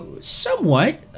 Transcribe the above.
somewhat